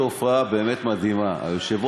הייתה טעות כאן, טעות